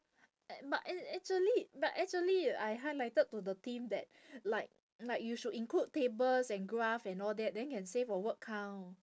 a~ but a~ actually but actually I highlighted to the team that like like you should include tables and graph and all that then can save on word count